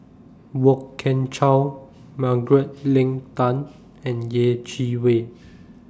Kwok Kian Chow Margaret Leng Tan and Yeh Chi Wei